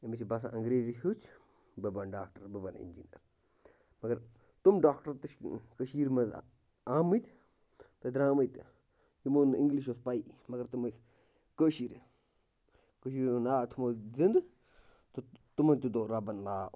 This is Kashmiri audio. أمِس چھِ باسان اَنٛگریٖزی ہیٚوچھ بہٕ بَنہٕ ڈاکٹر بہٕ بَنہٕ اِنجیٖنر مگر تِم ڈاکٹر تہِ چھِ کٔشیٖرِ منٛز آمٕتۍ تہٕ درٛامٕتۍ یِمو نہٕ اِنٛگلِش ٲس پَیی مگر تِم ٲسۍ کٲشِر کٔشیٖر ہُنٛد ناو تھوٚومُت زِنٛدٕ تہٕ تِمَن تہِ دوٚر رۄَبَن ناو